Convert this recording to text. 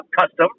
custom